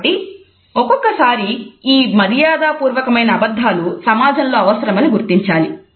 కాబట్టి ఒక్కోసారి ఈ మర్యాద పూర్వకమైన అబద్ధాలు సమాజంలో అవసరమని గుర్తించాలి